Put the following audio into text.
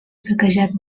saquejat